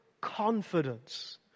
confidence